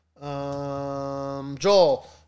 Joel